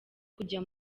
kujya